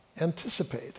anticipate